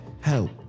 help